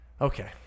okay